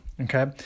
okay